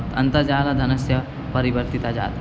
अन्तर्जालधनस्य परिवर्तनं जातम्